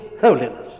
holiness